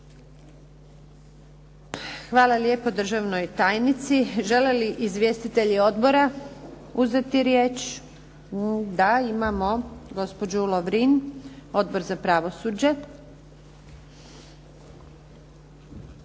Hvala lijepa državnoj tajnici. Žele li izvjestitelji odbora uzeti riječ? Da. Gospođa Lovrin, Odbor za pravosuđe.